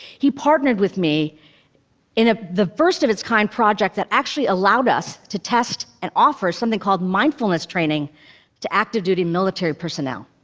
he partnered with me in ah the first-of-its-kind project that actually allowed us to test and offer something called mindfulness training to active-duty military personnel.